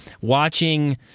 watching